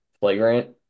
flagrant